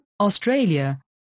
Australia